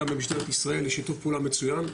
גם במשטרת ישראל יש שיתוף פעולה מצוין.